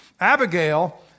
Abigail